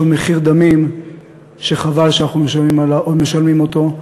מחיר דמים שחבל שאנחנו משלמים אותו,